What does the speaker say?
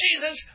Jesus